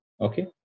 Okay